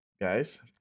guys